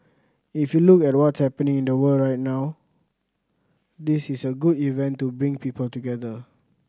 if you look at what's happening in the world right now this is a good event to bring people together